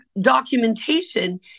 documentation